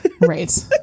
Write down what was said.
Right